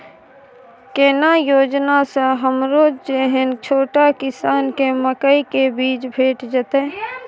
केना योजना स हमरो जैसन छोट किसान के मकई के बीज भेट जेतै?